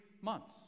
months